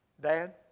Dad